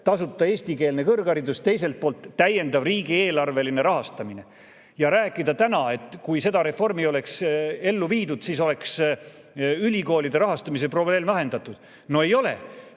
tasuta eestikeelne kõrgharidus ja teiselt poolt täiendav riigieelarveline rahastamine. Ja rääkida täna, et kui seda reformi ei oleks ellu viidud, siis oleks ülikoolide rahastamise probleem lahendatud. No ei ole!